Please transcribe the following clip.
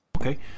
Okay